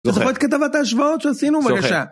זוכר את כתבת ההשוואות שעשינו? בבקשה